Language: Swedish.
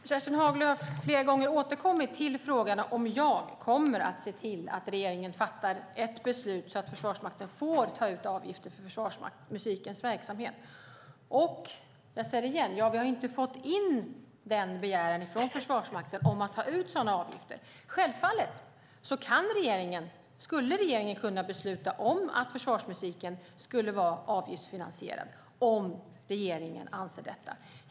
Herr talman! Kerstin Haglö har flera gånger återkommit till frågan om jag kommer att se till att regeringen fattar ett beslut så att Försvarsmakten får ta ut avgifter för försvarsmusikens verksamhet. Jag säger det igen: Vi har inte fått in en begäran från Försvarsmakten om att ta ut sådana avgifter. Självfallet skulle regeringen kunna besluta att försvarsmusiken ska vara avgiftsfinansierad - om regeringen anser detta.